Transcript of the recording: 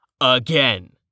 again